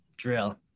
drill